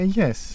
yes